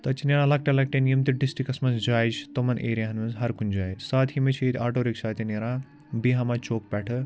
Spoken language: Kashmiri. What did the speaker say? تَتہِ چھِ نیران لَکٹٮ۪ن لَکٹ۪ن یِم تہِ ڈِسٹرکَس منٛز جایہِ چھِ تمَن ایریاہَن منٛز ہر کُنہِ جایہِ سات ہی میں چھُ ییٚتہِ آٹو رِکشا تہِ نیران بِہما چوک پٮ۪ٹھٕ